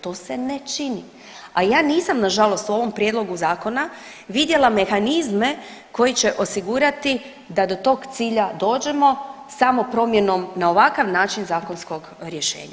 To se ne čini, a ja nisam nažalost u ovom prijedlogu zakona vidjela mehanizme koji će osigurati da do tog cilja dođemo samo promjenom na ovakav način zakonskog rješenja.